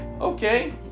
Okay